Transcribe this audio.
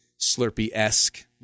Slurpee-esque